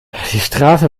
strafe